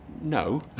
no